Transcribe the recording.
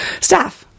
staff